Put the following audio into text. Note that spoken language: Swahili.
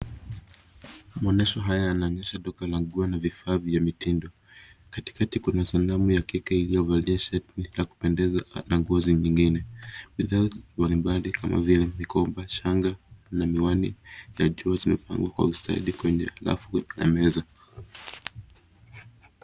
Maonyesho haya yanaonyesha duka la nguo na vifaa vya mitindo. Katikati kuna sanamu ya kike iliyovalia sheti ya kupendeza na nguo nyingine. Bidhaa mbali mbali kama vile: mikoba, shanga na miwani ya jua zimepangwa kwa ustadi kwenye rafu ya meza.